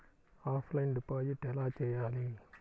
Offline deposit ఎలా చేయాలి?